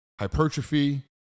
hypertrophy